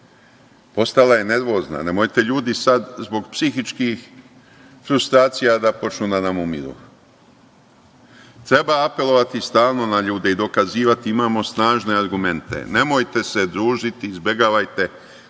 postala je nervozna, nemojte ljudi sad zbog psihičkih frustracija sad da počnu da nam umiru. Treba apelovati stalno na ljude i dokazivati da imamo snažne argumente. Nemojte se družiti, izbegavajte